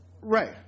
right